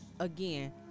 again